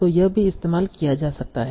तो यह भी इस्तेमाल किया जा सकता है